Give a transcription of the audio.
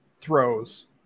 throws